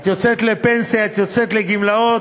את יוצאת לפנסיה, את יוצאת לגמלאות,